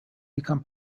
become